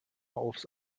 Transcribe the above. aufs